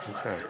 Okay